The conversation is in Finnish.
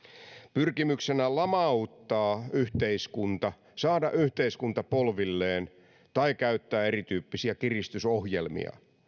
pyrkimyksenä lamauttaa yhteiskunta saada yhteiskunta polvilleen tai käyttää erityyppisiä kiristysohjelmia